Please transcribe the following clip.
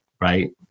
right